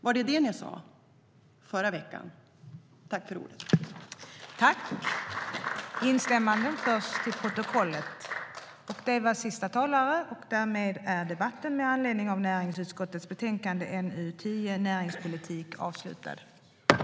Var det det ni sa - i förra veckan?I detta anförande instämde Hans Rothenberg och Cecilie Tenfjord-Toftby .